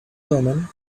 wellman